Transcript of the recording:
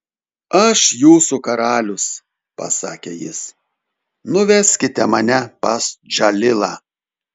aš jūsų karalius pasakė jis nuveskite mane pas džalilą